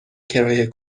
کرایه